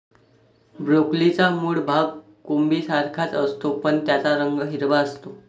ब्रोकोलीचा मूळ भाग कोबीसारखाच असतो, पण त्याचा रंग हिरवा असतो